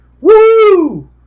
Woo